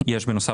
בנוסף,